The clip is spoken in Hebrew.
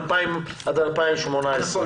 עד 2018. נכון.